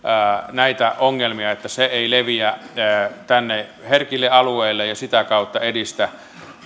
näitä ongelmia niin että se ei leviä herkille alueille ja sitä kautta edistä